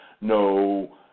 no